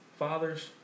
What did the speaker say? Fathers